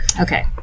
Okay